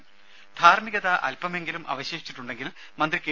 രേര ധാർമ്മികത അല്പമെങ്കിലും അവശേഷിച്ചിട്ടുണ്ടെങ്കിൽ മന്ത്രി കെ